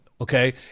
Okay